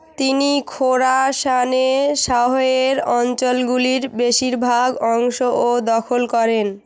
তিনি খোরাসানে শাহয়ের অঞ্চলগুলির বেশিরভাগ অংশও দখল করেন